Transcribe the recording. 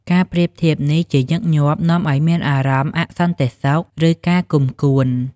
ការប្រៀបធៀបនេះជាញឹកញាប់នាំឲ្យមានអារម្មណ៍អសន្តិសុខ ឬការគុំគួន។